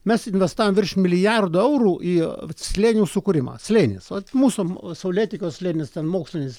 mes investavome virš milijardo eurų į slėnių sukūrimą slėnis vat mūsų saulėtekio slėnis ten mokslinis